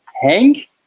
Hank